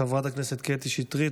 חברת הכנסת קטי שטרית,